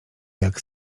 jak